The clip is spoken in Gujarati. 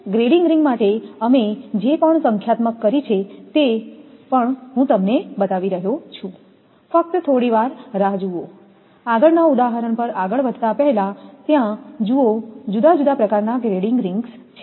ગ્રેડિંગ રિંગ માટે અમે જે પણ સંખ્યાત્મક કરી છે તે પણ હું તમને બતાવી રહ્યો છું ફક્ત થોડી વાર રાહ જુઓ આગળના ઉદાહરણ પર આગળ વધતા પહેલા ત્યાં જુઓ જુદા જુદા પ્રકારના ગ્રેડિંગ રિંગ્સ છે